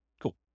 Cool